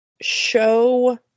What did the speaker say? show